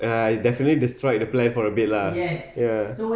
ya it definitely destroyed the plan for a bit lah ya